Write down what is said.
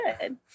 good